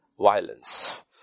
violence